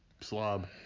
slob